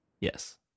Yes